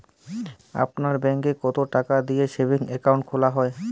আপনার ব্যাংকে কতো টাকা দিয়ে সেভিংস অ্যাকাউন্ট খোলা হয়?